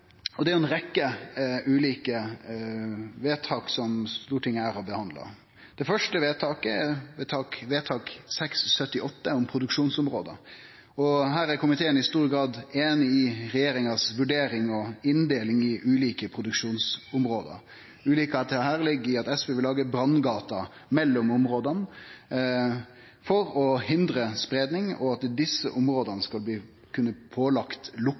Det er ei rekkje ulike vedtak som Stortinget her har behandla. Det første vedtaket er vedtak nr. 678 for 2014–2015, om produksjonsområde. Her er komiteen i stor grad einig i regjeringa si vurdering og inndeling i ulike produksjonsområde. Ulikskapen her ligg i at SV vil lage branngater mellom områda for å hindre spreiing, og at desse områda skal kunne bli